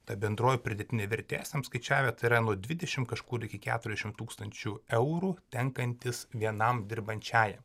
ta bendroji pridėtinė vertė esam skaičiavę tai yra nuo dvidešimt kažkur iki keturiasdešimt tūkstančių eurų tenkantis vienam dirbančiajam